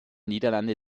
niederlande